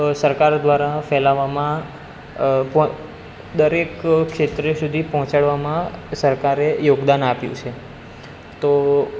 સરકાર દ્વારા ફેલાવવામાં દરેક ક્ષેત્રે સુધી પહોંચાડવામાં સરકારે યોગદાન આપ્યું છે તો